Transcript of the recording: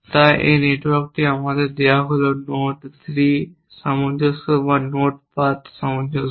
তাই এই নেটওয়ার্কটি আমাদের দেওয়া হল নোড 3 সামঞ্জস্য বা নোড পাথ সামঞ্জস্য